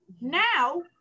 now